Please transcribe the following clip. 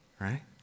right